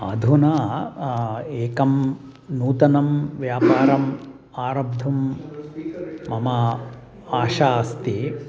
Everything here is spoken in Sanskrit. अधुना एकं नूतनं व्यापारम् आरब्धुं मम आशा अस्ति